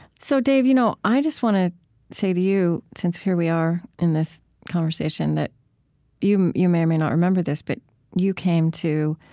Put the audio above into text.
so, dave, you know i just want to say to you, since here we are, in this conversation, that you you may or may not remember this but you came to